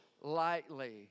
lightly